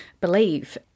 believe